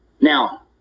Now